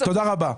תודה רבה.